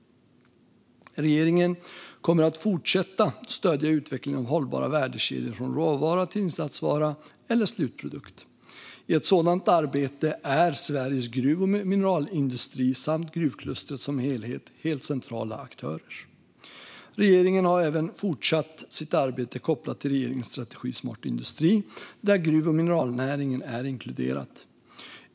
Regeringen kommer att fortsätta stödja utvecklingen av hållbara värdekedjor från råvara till insatsvara eller slutprodukt. I ett sådant arbete är Sveriges gruv och mineralindustri samt gruvklustret som helhet centrala aktörer. Regeringen har även fortsatt sitt arbete kopplat till regeringens strategi Smart industri, där gruv och mineralnäringen är inkluderad.